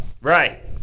Right